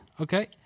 Okay